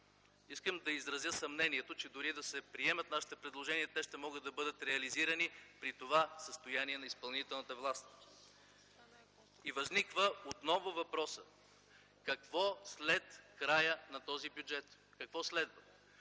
Искам да изразя съмнението, че дори да се приемат нашите предложения, те ще могат да бъдат реализирани при това състояние на изпълнителната власт. Отново възниква въпросът: какво след края на този бюджет, какво следва?!